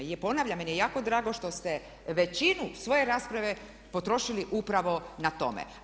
I ponavljam meni je jako drago što ste većinu svoje rasprave potrošili upravo na tome.